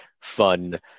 fun